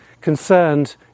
concerned